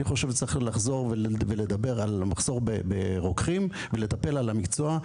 אני חושב שצריך לחזור ולדבר על המחסור ברוקחים ולדבר על המקצוע,